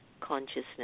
consciousness